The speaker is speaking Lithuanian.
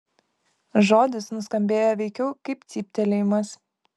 žodis nuskambėjo veikiau kaip cyptelėjimas